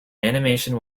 animation